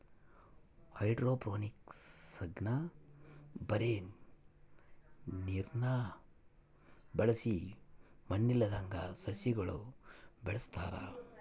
ಹೈಡ್ರೋಫೋನಿಕ್ಸ್ನಾಗ ಬರೇ ನೀರ್ನ ಬಳಸಿ ಮಣ್ಣಿಲ್ಲದಂಗ ಸಸ್ಯಗುಳನ ಬೆಳೆಸತಾರ